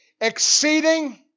exceeding